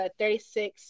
36